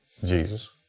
Jesus